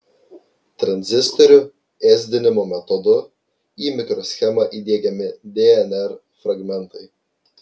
tranzistorių ėsdinimo metodu į mikroschemą įdiegiami dnr fragmentai